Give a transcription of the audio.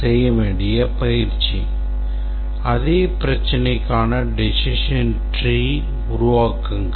செய்ய வேண்டிய பயிற்சி அதே பிரச்சினைக்கான decision tree உருவாக்குங்கள்